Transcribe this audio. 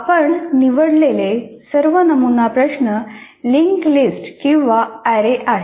आपण निवडलेले सर्व नमुना प्रश्न लिंक लिस्ट किंवा अॅरे आहेत